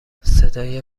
صدای